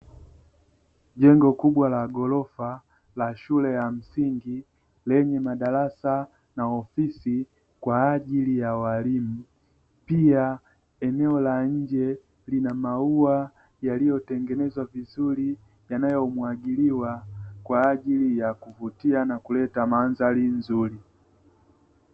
Jengo kubwa la ghorofa la shule ya msingi lenye madarasa na ofisi kwa ajili ya walimu, pia eneo la nje lina maua yaliotengenezwa vizuri yanayomwagiliwa kwa ajili ya kuvutia na kuleta mandhari nzuri.